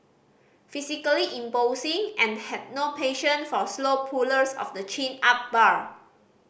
physically imposing and had no patience for slow pullers of the chin up bar